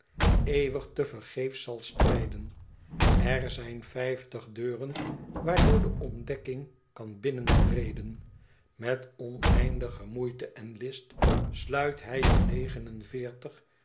tevergeefs zal strijden er zijn vijftig deuren waardoor de ontdekking kan binnentreden met oneindige moeite en list sluit hij er